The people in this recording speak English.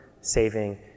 saving